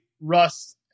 Russ